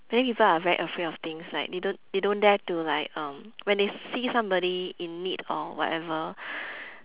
many people are very afraid of things like they don't they don't dare to like um when they see somebody in need or whatever